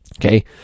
Okay